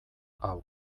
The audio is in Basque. hau